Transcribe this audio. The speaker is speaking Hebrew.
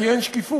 כי אין שקיפות,